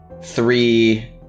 three